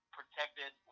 protected